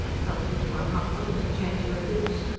helped her to unmuffle and to change her boots,